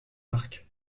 arques